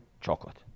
chocolate